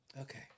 Okay